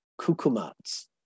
Kukumats